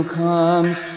comes